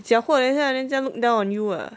假货等一下人家 look down on you ah